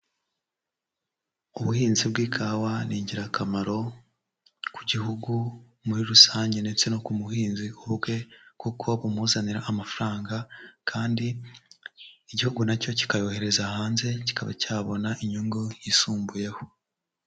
Ubuhinzi bw'ikawa ni ingirakamaro ku gihugu muri rusange ndetse no ku muhinzi ubwe, kuko bumuzanira amafaranga, kandi igihugu na cyo kikayohereza hanze kikaba cyabona inyungu yisumbuyeho.